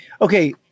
Okay